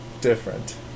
different